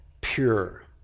pure